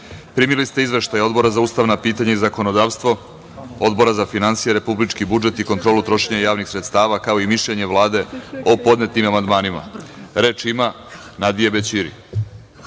Bajrami. Primili ste izveštaj Odbora za ustavna pitanja i zakonodavstvo, Odbora za finansije, republički budžet i kontrolu trošenja javnih sredstava, kao i mišljenje Vlade o podnetim amandmanima. Reč ima Nadije Bećiri.